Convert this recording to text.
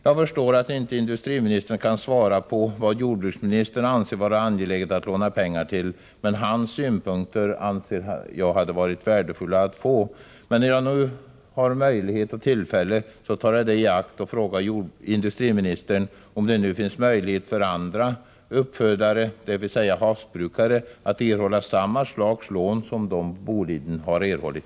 Jag förstår att industriministern inte kan svara på vad jordbruksministern anser det angeläget att låna ut pengar till, men hans synpunkter hade varit värdefulla att få. När jag nu har möjlighet, tar jag emellertid tillfället i akt och frågar industriministern om det finns möjlighet för andra uppfödare, dvs. havsbrukare, att erhålla samma slags lån som de Boliden har erhållit.